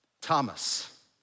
Thomas